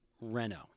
Renault